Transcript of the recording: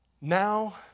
Now